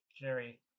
Jerry